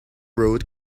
road